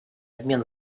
обмен